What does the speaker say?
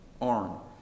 arm